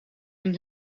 hun